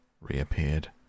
reappeared